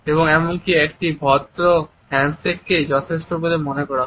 এবং এমনকি একটি ভদ্র হ্যান্ডশেককেই যথেষ্ট বলে মনে করা হয়